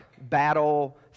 battle